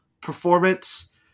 performance